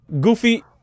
Goofy